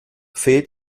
fehlt